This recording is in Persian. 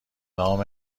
نام